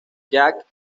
jack